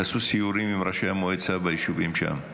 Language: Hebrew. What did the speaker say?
תעשו סיורים עם ראשי המועצה ביישובים שם.